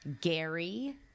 Gary